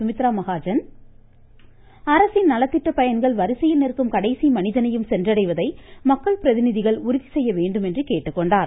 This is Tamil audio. சுமித்ரா மகாஜன் அரசின் நலத்திட்ட பயன்கள் வரிசையில் நிற்கும் கடைசி மனிதனையும் சென்றடைவதை மக்கள் பிரதிநிதிகள் உறுதி கேட்டுக்கொண்டார்